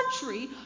country